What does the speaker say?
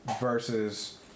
versus